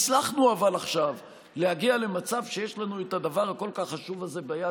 אבל הצלחנו עכשיו להגיע למצב שיש לנו את הדבר הכל-כך חשוב הזה ביד,